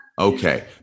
Okay